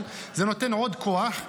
אבל זה נותן עוד כוח.